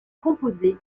composée